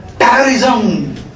terrorism